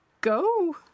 go